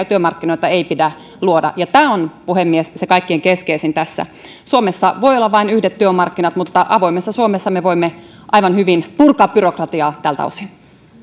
työmarkkinoita ei pidä luoda ja tämä on puhemies se kaikkein keskeisin tässä suomessa voi olla vain yhdet työmarkkinat mutta avoimessa suomessa me voimme aivan hyvin purkaa byrokratiaa tältä osin